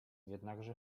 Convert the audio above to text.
jednakże